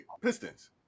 Pistons